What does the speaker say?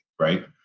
right